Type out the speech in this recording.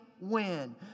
win